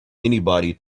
anybody